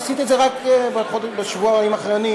עשית את זה בשבועיים האחרונים,